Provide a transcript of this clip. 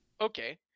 okay